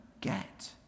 get